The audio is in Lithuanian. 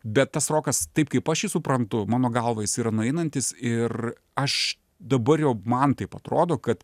bet tas rokas taip kaip aš jį suprantu mano galva jis yra nueinantis ir aš dabar jau man taip atrodo kad